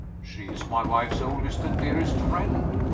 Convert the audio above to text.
she is my wife's oldest and dearest friend.